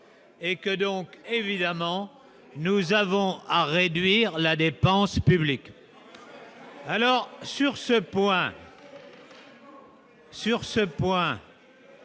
et que donc, évidemment, nous avons à réduire la dépense publique. Alors sur ce point. Sur ce point.